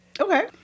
Okay